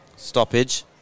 Stoppage